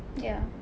ya